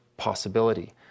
possibility